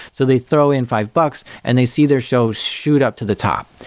so they throw in five bucks and they see their show shoot up to the top.